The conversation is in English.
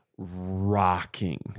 rocking